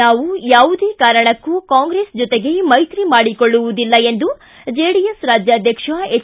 ನಾವು ಯಾವುದೇ ಕಾರಣಕ್ಕೂ ಕಾಂಗ್ರೆಸ್ ಜೊತೆಗೆ ಮೈತ್ರಿ ಮಾಡಿಕೊಳ್ಳುವುದಿಲ್ಲ ಎಂದು ಜೆಡಿಎಸ್ ರಾಜ್ತಾಧ್ಯಕ್ಷ ಎಚ್